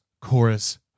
chorus